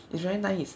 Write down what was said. it's very nice